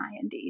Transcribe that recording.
IND